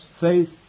faith